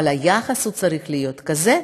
אבל היחס צריך להיות כזה,